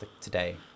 today